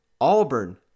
Auburn